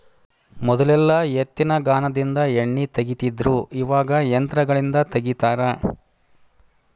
ಮೊದಲೆಲ್ಲಾ ಎತ್ತಿನಗಾನದಿಂದ ಎಣ್ಣಿ ತಗಿತಿದ್ರು ಇವಾಗ ಯಂತ್ರಗಳಿಂದ ತಗಿತಾರ